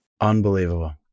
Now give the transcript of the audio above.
Unbelievable